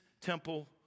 temple